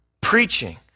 Preaching